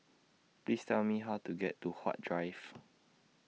Please Tell Me How to get to Huat Drive